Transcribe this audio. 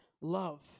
love